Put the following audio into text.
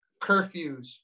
curfews